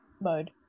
mode